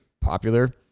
popular